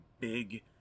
big